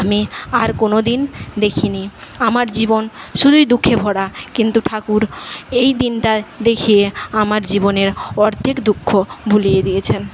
আমি আর কোনও দিন দেখিনি আমার জীবন শুধুই দুঃখে ভরা কিন্তু ঠাকুর এই দিনটা দেখিয়ে আমার জীবনের অর্ধেক দুঃখ ভুলিয়ে দিয়েছেন